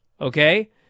okay